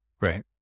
Right